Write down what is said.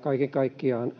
Kaiken kaikkiaan,